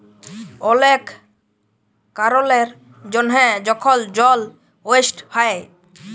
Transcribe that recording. অলেক কারলের জ্যনহে যখল জল ওয়েস্ট হ্যয়